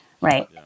right